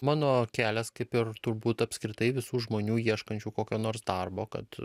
mano kelias kaip ir turbūt apskritai visų žmonių ieškančių kokio nors darbo kad